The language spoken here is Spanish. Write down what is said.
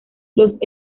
los